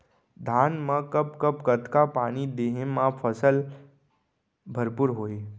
धान मा कब कब कतका पानी देहे मा फसल भरपूर होही?